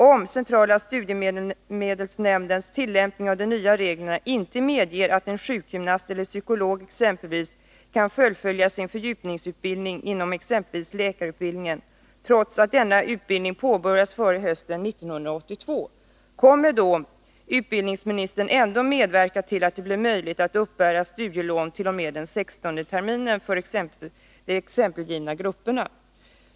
Om centrala studiemedelsnämndens tillämpning av de nya reglerna inte medger att t.ex. en sjukgymnast eller en psykolog kan fullfölja sin fördjupningsutbildning inom exempelvis läkarutbildningen, trots att denna utbildning påbörjats före höstterminen 1982, kommer då utbildningsministern ändå att medverka till att det blir möjligt för dessa exempelgivna grupper att uppbära studielån t.o.m. den sextonde terminen?